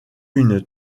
une